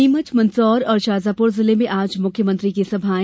नीमच मंदसौर और शाजापुर जिले में आज मुख्यमंत्री की सभायें